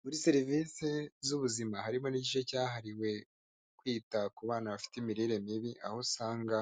Muri serivisi z'ubuzima harimo n'igice cyahariwe kwita ku bana bafite imirire mibi aho usanga